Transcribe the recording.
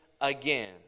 again